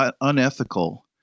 unethical